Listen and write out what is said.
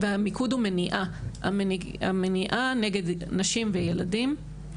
והמיקוד הוא מניעת אלימות נגד נשים וילדים.